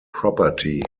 property